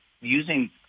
using